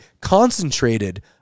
concentrated